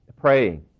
praying